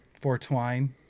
Fortwine